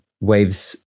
Waves